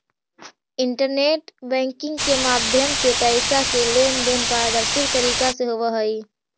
internet banking के माध्यम से पैइसा के लेन देन पारदर्शी तरीका से होवऽ हइ